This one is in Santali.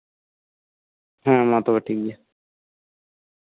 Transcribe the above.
ᱦᱮᱸ ᱢᱟ ᱛᱚᱵᱮ ᱴᱷᱤᱠ ᱜᱮᱭᱟ